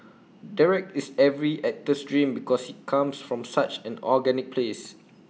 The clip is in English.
Derek is every actor's dream because he comes from such an organic place